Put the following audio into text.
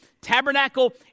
Tabernacle